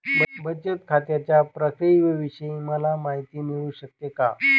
बचत खात्याच्या प्रक्रियेविषयी मला माहिती मिळू शकते का?